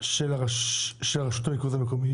של רשות הניקוז המקומית.